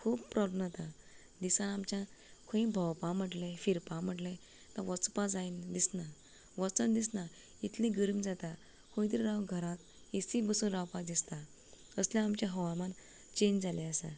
खूब प्रॉल्बम नाता दिसा आमच्या खंय भोंवपा म्हटलें फिरपा म्हटलें तो वचपा जाय दिसना वचन दिसना इतली गर्म जाता खंय तरी राव घरा एसी बसूं रावपा दिसता असलें आमचें हवामान चेंज जालें आसा